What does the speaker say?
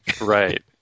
Right